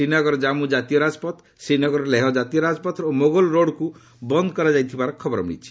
ଶ୍ରୀନଗର ଜମ୍ମୁ ଜାତୀୟ ରାଜପଥ ଶ୍ରୀନଗର ଲେହ ଜାତୀୟ ରାଜପଥ ଓ ମୋଗଲ୍ ରୋଡ୍କୁ ବନ୍ଦ୍ କରାଯାଇଥିବାର ଖବର ମିଳିଛି